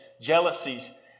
jealousies